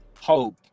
hope